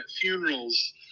funerals